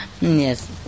Yes